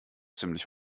ziemlich